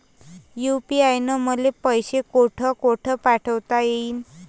UPI न मले कोठ कोठ पैसे पाठवता येईन?